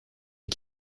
est